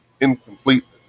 incompleteness